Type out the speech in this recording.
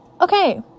Okay